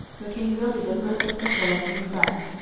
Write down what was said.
became really the first official of new france,